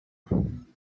him